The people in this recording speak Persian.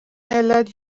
علت